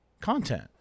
content